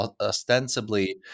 Ostensibly